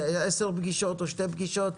עשר פגישות או שתי פגישות,